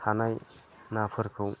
थानाय नाफोरखौ